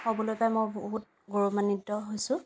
ক'বলৈ পাই মই বহুত গৈৰৱান্বিত হৈছোঁ